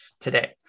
today